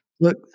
Look